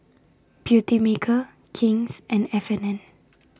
Beautymaker King's and F and N